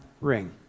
ring